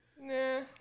Nah